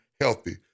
healthy